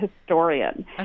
historian